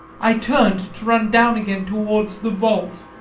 i turned to run down again towards the vault,